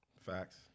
Facts